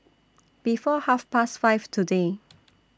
before Half Past five today